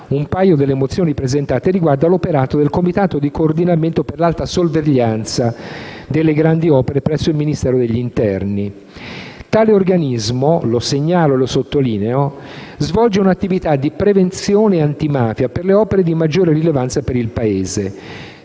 un paio delle mozioni presentate riguarda l'operato del Comitato di coordinamento per l'alta sorveglianza delle grandi opere presso il Ministero dell'interno. Tale organismo - lo segnalo e lo sottolineo - svolge un'attività di prevenzione antimafia per le opere di maggior rilevanza per il Paese,